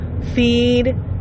feed